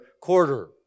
quarter